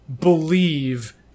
believe